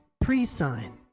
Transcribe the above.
pre-sign